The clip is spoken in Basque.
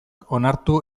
onartu